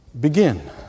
begin